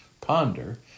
ponder